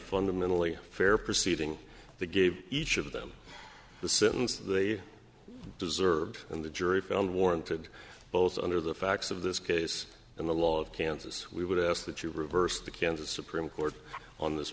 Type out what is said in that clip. fundamentally fair proceeding that gave each of them the sentence they deserved and the jury found warranted both under the facts of this case and the law of kansas we would ask that you reverse the kansas supreme court on this